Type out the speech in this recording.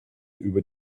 über